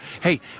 Hey